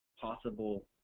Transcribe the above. possible